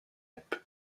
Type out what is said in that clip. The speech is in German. app